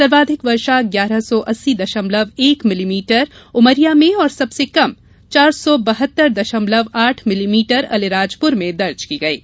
सर्वाधिक वर्षा ग्यारह सौ अस्सी दशमलव एक मिलीमीटर उमरिया में और सबसे कम चार सौ बहत्तर दशमलव आठ मिलीमीटर अलीराजपुर में दर्ज की गई है